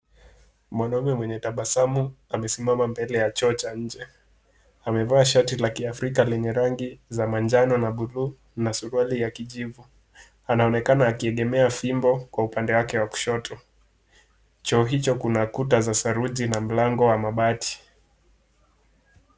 Mwanamume mwenye tabasamu amesimama mbele ya choo cha nje. Amevaa shati la kiafrika lenye rangi za manjano na buluu na suruali ya kijivu. Anaoenakana akiegemea fimbo kwa upande wake wa kushoto. Choo hicho kuna kuta za saruji na mlango wa mabati.